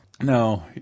No